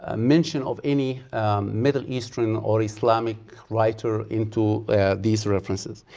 ah mention of any middle eastern or islamic writers into these references.